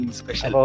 special